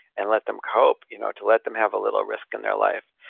and let them cope, you know to let them have a little risk in their life.